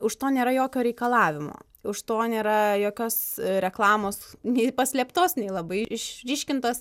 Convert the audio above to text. už to nėra jokio reikalavimo už to nėra jokios reklamos nei paslėptos nei labai išryškintos